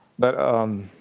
but um.